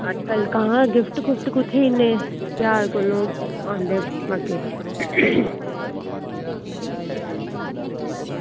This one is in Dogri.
आं गिफ्ट कुत्थें देने त्यार होंदे अग्गें